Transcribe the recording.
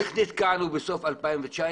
איך נזכרנו בסוף 2019